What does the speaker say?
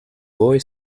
boy